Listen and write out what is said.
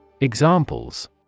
Examples